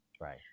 right